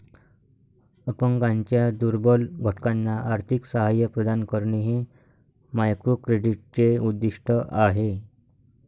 अपंगांच्या दुर्बल घटकांना आर्थिक सहाय्य प्रदान करणे हे मायक्रोक्रेडिटचे उद्दिष्ट आहे